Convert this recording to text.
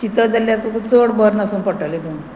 चिंतत जाल्यार तूं चड बरें नासून पडटलें तूं